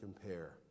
compare